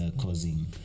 causing